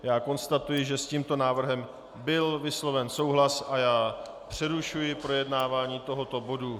Já konstatuji, že s tímto návrhem byl vysloven souhlas, a přerušuji projednávání tohoto bodu.